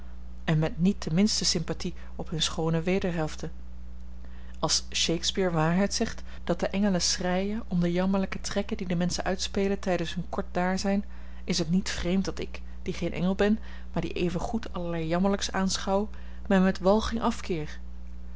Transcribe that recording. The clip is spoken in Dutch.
en met niet de minste sympathie op hunne schoone wederhelften als shakespeare waarheid zegt dat de engelen schreien om de jammerlijke trekken die de menschen uitspelen tijdens hun kort daarzijn is het niet vreemd dat ik die geen engel ben maar die evengoed allerlei jammerlijks aanschouw mij met walging afkeer